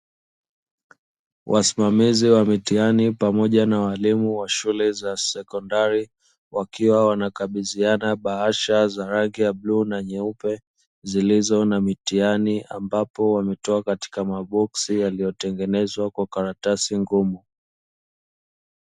Wasimamizi wa mithihani pamoja na walimu wa shule za sekondari wakiwa wanakabidhiana bahasha za rangi ya bluu na nyeupe, zilizo na mitihani ambapo wametoa katika maboksi yaliyotengenezwa kwa karatasi ngumu.